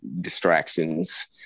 distractions